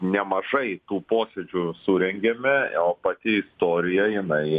nemažai tų posėdžių surengėme o pati istorija jinai